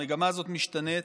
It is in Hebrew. המגמה הזאת משתנה,